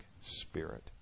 spirit